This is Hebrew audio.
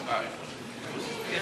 התרבות והספורט נתקבלה.